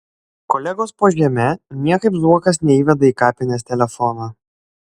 kolegos po žeme niekaip zuokas neįveda į kapines telefono